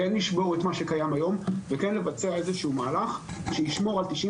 וכן לבצע איזה שהוא מהלך שישמור על תשעים